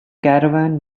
caravan